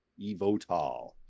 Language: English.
eVotal